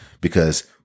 Because-